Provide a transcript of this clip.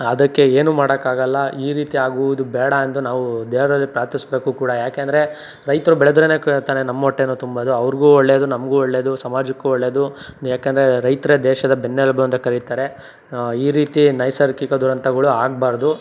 ಅದಕ್ಕೆ ಏನು ಮಾಡೋಕ್ಕಾಗಲ್ಲ ಈ ರೀತಿ ಆಗುವುದು ಬೇಡ ಎಂದು ನಾವು ದೇವರಲ್ಲಿ ಪ್ರಾರ್ಥಿಸ್ಬೇಕು ಕೂಡ ಯಾಕೆಂದರೆ ರೈತರು ಬೆಳೆದ್ರೆ ಕ್ ತಾನೇ ನಮ್ಮ ಹೊಟ್ಟೆನು ತುಂಬೋದು ಅವ್ರಿಗೂ ಒಳ್ಳೆದು ನಮಗು ಒಳ್ಳೆದು ಸಮಾಜಕ್ಕು ಒಳ್ಳೆದು ಯಾಕಂದರೆ ರೈತರೇ ದೇಶದ ಬೆನ್ನೆಲುಬು ಅಂತ ಕರಿತಾರೆ ಈ ರೀತಿ ನೈಸರ್ಗಿಕ ದುರಂತಗಳು ಆಗಬಾರ್ದು